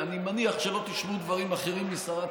ואני מניח שלא תשמעו דברים אחרים משרת המשפטים: